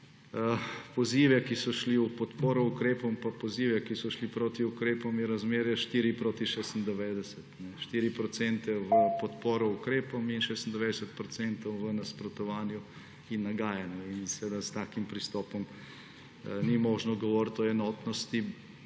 pozive, ki so šli v podporo ukrepom, in pozive, ki so šli proti ukrepom, je razmerje 4:96. 4 % v podporo ukrepom in 96 % nasprotovanju in nagajanju. In s takim pristopom ni možno govoriti o enotnosti